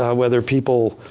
ah whether people,